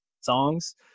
songs